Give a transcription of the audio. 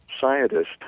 scientist